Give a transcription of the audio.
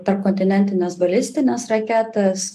tarpkontinentines balistines raketas